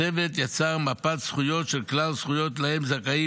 הצוות יצר מפת זכויות של כלל הזכויות שלהן זכאים